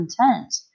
content